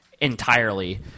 entirely